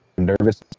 nervous